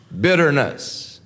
bitterness